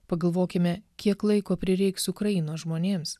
pagalvokime kiek laiko prireiks ukrainos žmonėms